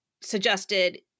suggested